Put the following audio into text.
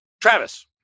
Travis